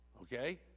Okay